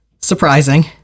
surprising